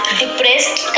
depressed